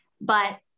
but-